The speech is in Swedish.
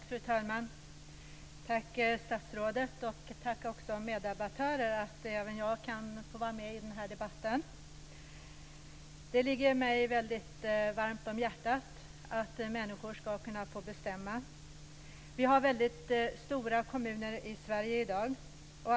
Fru talman! Jag tackar fru talmannen, statsrådet och meddebattörerna för att även jag kan få vara med i den här debatten. Det ligger mig väldigt varmt om hjärtat att människor ska kunna få bestämma. Vi har ju väldigt stora kommuner i Sverige i dag.